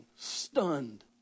stunned